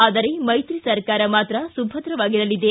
ಆದರೆ ಮೈತ್ರಿ ಸರ್ಕಾರ ಮಾತ್ರ ಸುಭದ್ರವಾಗಿರಲಿದೆ